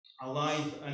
alive